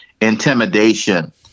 intimidation